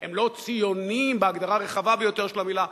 הם לא ציונים בהגדרה הרחבה ביותר של המלה,